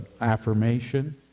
affirmation